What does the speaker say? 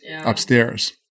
upstairs